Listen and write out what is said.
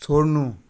छोड्नु